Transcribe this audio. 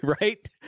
right